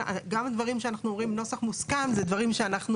הדברים שאנחנו אומרים עליהם שיש נוסח מוסכם אלה דברים שדיברנו,